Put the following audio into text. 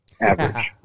Average